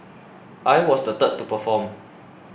I was the third to perform